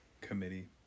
committee